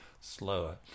slower